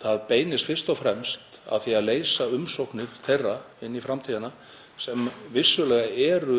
Það beinist fyrst og fremst að því að leysa umsóknir þeirra inn í framtíðina sem vissulega eru